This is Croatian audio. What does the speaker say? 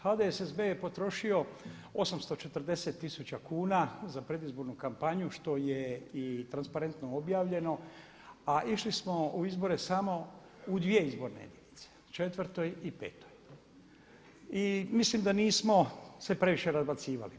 HDDSB je potrošio 840 tisuća kuna za predizbornu kampanju što je i transparentno objavljeno, a išli smo u izbore samo u dvije izborne jedinice, 4. i 5. i mislim da se nismo previše razbacivali.